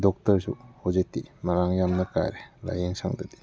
ꯗꯣꯛꯇꯔꯁꯨ ꯍꯧꯖꯤꯛꯇꯤ ꯃꯔꯥꯡ ꯌꯥꯝꯅ ꯀꯥꯏꯔꯦ ꯂꯥꯏꯌꯦꯡ ꯁꯪꯗꯗꯤ